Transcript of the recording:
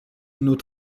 nous